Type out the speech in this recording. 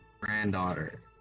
granddaughter